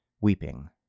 weeping